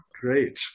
Great